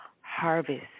harvest